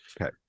Okay